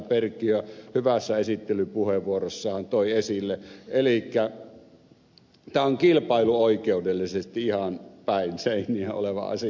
perkiö hyvässä esittelypuheenvuorossaan toi esille elikkä siitä että tämä on kilpailuoikeudellisesti ihan päin seiniä oleva asia